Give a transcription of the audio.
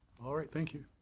all right, thank you.